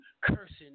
cursing